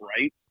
right